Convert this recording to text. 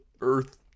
earth